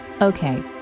Okay